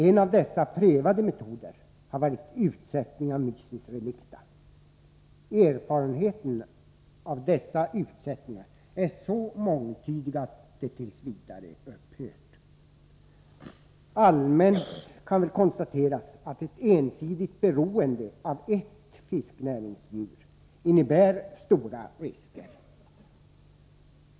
En av dessa prövade metoder har varit utsättningen av Mysis relicta. Erfarenheterna av dessa utsättningar är så mångtydiga att de t. v. upphört. Allmänt kan väl konstateras att ett ensidigt beroende av ett fisknäringsdjur innebär stora risker.